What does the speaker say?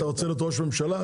אדוני היושב-ראש,